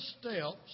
steps